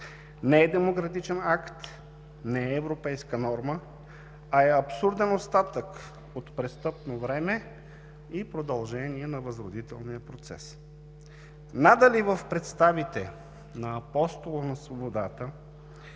не е демократичен акт, не е европейска норма, а е абсурден остатък от престъпно време и продължение на възродителния процес. Надали в представите на Апостола на свободата